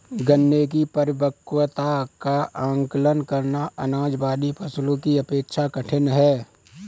गन्ने की परिपक्वता का आंकलन करना, अनाज वाली फसलों की अपेक्षा कठिन है